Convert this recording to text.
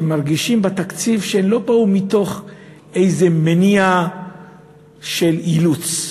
שמרגישים בתקציב שלא באו מתוך איזה מניע של אילוץ,